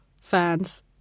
fans